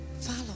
follow